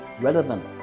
relevant